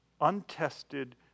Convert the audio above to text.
untested